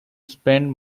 spent